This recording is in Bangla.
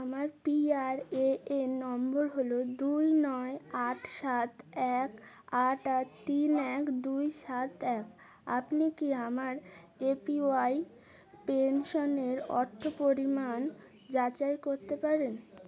আমার P R A N number হল দুই নয় আট সাত এক আট আট তিন এক দুই সাত এক আপনি কি আমার এ পি ওয়াই পেনশনের অর্থ পরিমাণ যাচাই করতে পারেন